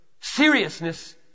seriousness